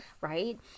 right